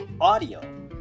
audio